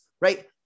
right